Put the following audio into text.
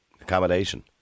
accommodation